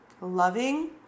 loving